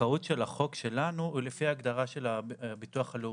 הזכאות של החוק שלנו היא לפי ההגדרה של הביטוח הלאומי,